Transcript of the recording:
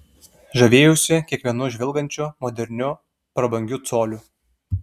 žavėjausi kiekvienu žvilgančiu moderniu prabangiu coliu